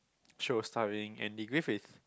show starring Andy-Griffith